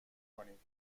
کنید